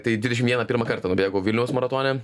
tai dvidešim vieną pirmą kartą nubėgau vilniaus maratone